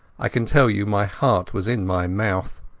i can tell you my heart was in my mouth.